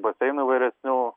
baseinų įvairesnių